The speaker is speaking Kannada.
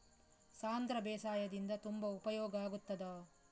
ಸಾಂಧ್ರ ಬೇಸಾಯದಿಂದ ತುಂಬಾ ಉಪಯೋಗ ಆಗುತ್ತದಾ?